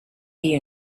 you